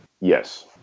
Yes